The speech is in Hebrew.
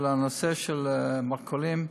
הנושא של המרכולים,